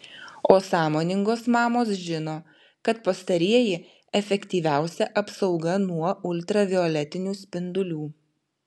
o sąmoningos mamos žino kad pastarieji efektyviausia apsauga nuo ultravioletinių spindulių